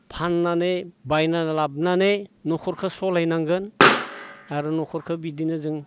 फाननानै बायना लाबनानै न'खरखो सलायनांगोन आर' न'खरखो बिदिनो जों